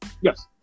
Yes